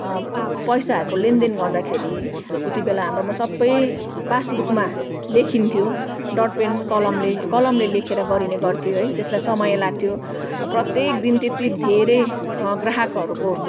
पैसाहरूको लेनदेन गर्दाखेरि उति बेला हाम्रोमा सबै पासबुकमा लेखिन्थ्यो डटपेन कलमले कलमले लेखेर गरिने गर्थ्यो है त्यसलाई समय लाग्थ्यो प्रत्येक दिन त्यति धेरै ग्राहकहरूको